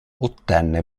ottenne